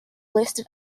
listed